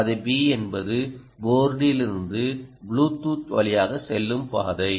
பாதை B என்பது போர்டிலிருந்து புளூடூத் வழியாக செல்லும் பாதை